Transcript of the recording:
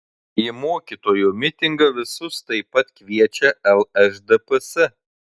į mokytojų mitingą visus taip pat kviečia lšdps